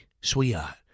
sweetheart